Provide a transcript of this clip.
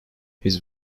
his